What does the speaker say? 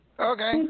Okay